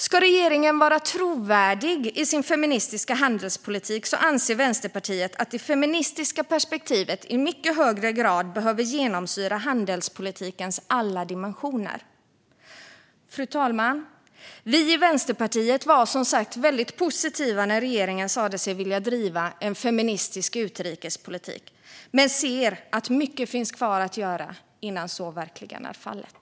Ska regeringen vara trovärdig i sin feministiska handelspolitik anser Vänsterpartiet att det feministiska perspektivet i mycket högre grad behöver genomsyra handelspolitikens alla dimensioner. Fru talman! Vi i Vänsterpartiet var som sagt positiva när regeringen sa sig vilja driva en feministisk utrikespolitik, men vi ser att mycket finns kvar att göra innan så verkligen är fallet.